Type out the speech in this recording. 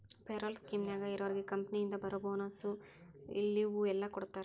payroll ಸ್ಕೇಮ್ನ್ಯಾಗ ಇರೋರ್ಗೆ ಕಂಪನಿಯಿಂದ ಬರೋ ಬೋನಸ್ಸು ಲಿವ್ವು ಎಲ್ಲಾ ಕೊಡ್ತಾರಾ